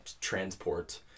transport